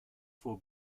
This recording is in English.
for